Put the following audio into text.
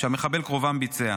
ביצע.